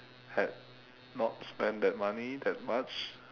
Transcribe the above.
had not spent that money that much